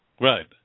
Right